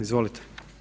Izvolite.